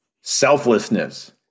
Selflessness